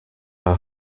are